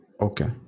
Okay